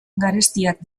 garestiak